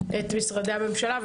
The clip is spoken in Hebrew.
את משרדי הממשלה,